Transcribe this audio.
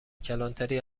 کلانتری